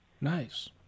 Nice